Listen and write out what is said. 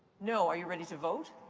no. are you ready to vote?